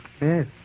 Yes